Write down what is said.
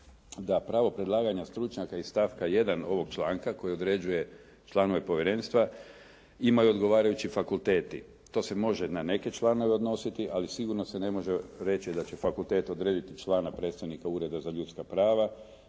da pravo predlaganja stručnjaka iz stavka 1. ovog članka koji određuje članove povjerenstva imaju odgovarajući fakulteti. To se može na neke članove odnositi ali sigurno se ne može reći da će fakultet odrediti člana predstojnika Ureda za ljudska prava